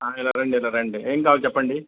ఆ ఇలా రండి ఇలా రండి ఏం కావాలో చెప్పండి